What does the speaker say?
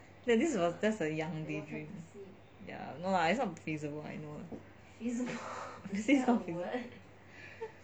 then this was just a young daydream ya no lah it's not feasible I know lah